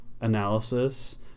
analysis